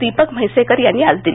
दीपक म्हैसेकर यांनी आज दिली